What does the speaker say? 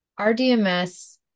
RDMS